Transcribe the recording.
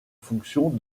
fonction